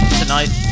tonight